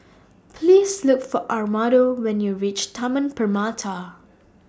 Please Look For Armando when YOU REACH Taman Permata